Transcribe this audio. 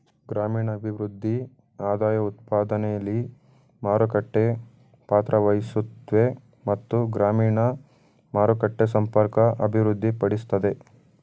ಗ್ರಾಮೀಣಭಿವೃದ್ಧಿ ಆದಾಯಉತ್ಪಾದನೆಲಿ ಮಾರುಕಟ್ಟೆ ಪಾತ್ರವಹಿಸುತ್ವೆ ಮತ್ತು ಗ್ರಾಮೀಣ ಮಾರುಕಟ್ಟೆ ಸಂಪರ್ಕ ಅಭಿವೃದ್ಧಿಪಡಿಸ್ತದೆ